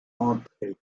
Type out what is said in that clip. entrer